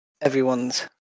everyone's